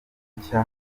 nshya